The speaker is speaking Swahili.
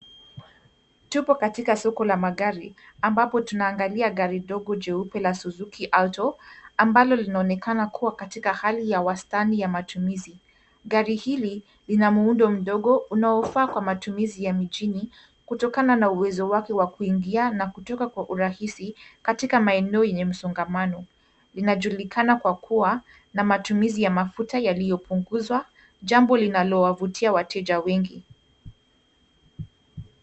Tupo katika soko la magari, ambapo tunaangalia gari dogo jeupe la Suzuki Alto, ambalo linaonekana kuwa katika hali ya wastani ya matumizi. Gari hili linamuundo mdogo unaoufaa kwa matumizi ya mjini, kutokana na uwezo wake wa kuingia na kutoka kwa urahisi katika maeneo yenye msongamano. Linajulikana kwa kuwa na matumizi ya mafuta yaliyopunguzwa, jambo linalowavutia wateja wengi.